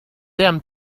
them